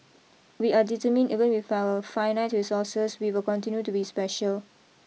we are determined even with our finite resources we will continue to be special